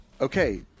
Okay